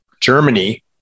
Germany